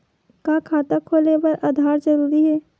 का खाता खोले बर आधार जरूरी हे?